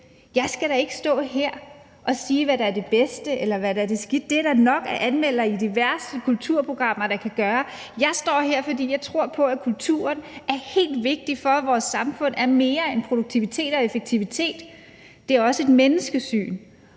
Jeg skal da ikke stå her og sige, hvad der er det bedste, eller hvad der er skidt. Det er der nok af anmeldere i diverse kulturprogrammer der kan gøre. Jeg står her, fordi jeg tror på, at kulturen er helt vigtig, for at vores samfund er mere end produktivitet og effektivitet; det er også et menneskesyn,